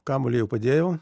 kamuolį jau padėjau